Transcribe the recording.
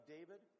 David